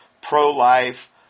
pro-life